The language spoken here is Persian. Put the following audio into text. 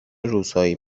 روزهایی